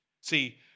See